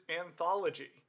anthology